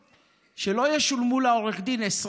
כי הוא לא שם לב לאותיות הקטנות: שלא